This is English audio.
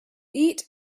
eat